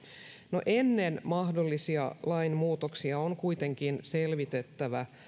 no ennen mahdollisia lainmuutoksia on kuitenkin selvitettävä